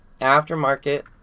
Aftermarket